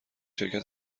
شبکه